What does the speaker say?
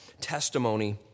testimony